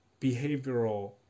behavioral